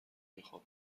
میخوام